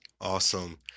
Awesome